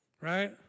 Right